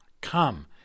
Come